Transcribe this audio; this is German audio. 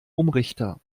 umrichter